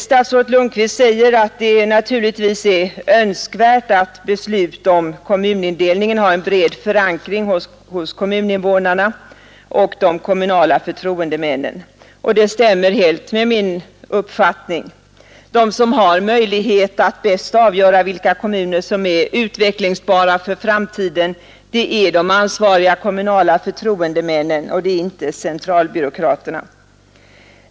Statsrådet Lundkvist säger att det naturligtvis är önskvärt att beslut om kommunindelningen har en bred förankring hos kommuninvånarna och de kommunala förtroendemännen. Detta stämmer helt med min uppfattning. De som har möjlighet att bäst avgöra vilka kommuner som är utvecklingsbara för framtiden är de ansvariga kommunala förtroendemännen och inte centralbyråkraterna.